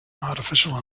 artificial